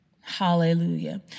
Hallelujah